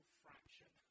fraction